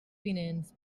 vinents